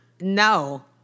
No